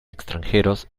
extranjeros